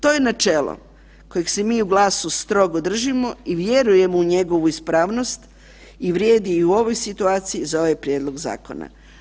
To je načelo kojeg se mi u GLAS-u strogo držimo i vjerujemo u njegovu ispravnost i vrijedi i u ovoj situaciji za ovaj prijedlog zakona.